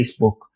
Facebook